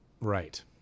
Right